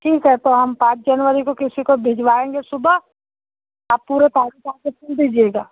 ठीक है तो हम सात जनवरी को किसी को भिजवाएंगे सुबह आप पूरे पाँच लाख के फूल दीजिएगा